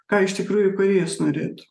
ką iš tikrųjų kūrėjas norėtų